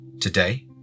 Today